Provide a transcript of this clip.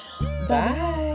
bye